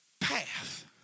path